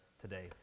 today